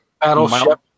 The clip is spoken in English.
Battleship